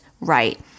right